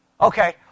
Okay